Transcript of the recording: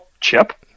Chip